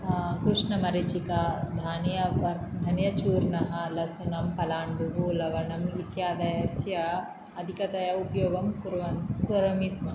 कृष्णमरीचिका धान्यप धनियाचूर्णः लसुनं पलाण्डुः लवणम् इत्यादयस्य अधिकतया उपयोगं कुर्वन् करोमि स्म